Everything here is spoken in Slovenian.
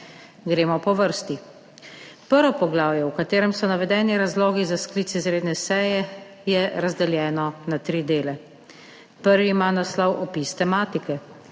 Gremo po vrsti. Prvo poglavje, v katerem so navedeni razlogi za sklic izredne seje, je razdeljeno na 3 dele. Prvi ima naslov Opis tematike,